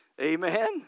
Amen